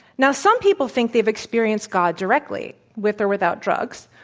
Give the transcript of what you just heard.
now, some people think they've experienced god directly, with or without drugs.